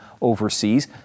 overseas